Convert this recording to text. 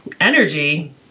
energy